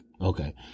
Okay